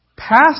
past